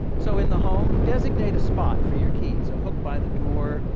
so in the home, designate a spot for your keys a hook by the door,